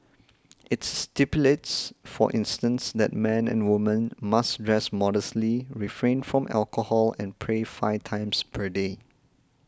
it stipulates for instance that men and woman must dress modestly refrain from alcohol and pray five times per day